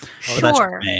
Sure